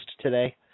today